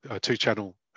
two-channel